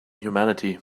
humanity